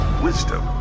Wisdom